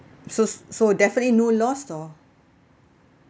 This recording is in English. so so definitely no loss or